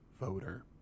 voter